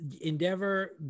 Endeavor